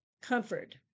Comfort